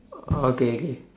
uh okay okay